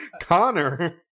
Connor